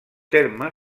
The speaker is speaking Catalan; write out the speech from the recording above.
terme